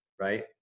right